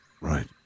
Right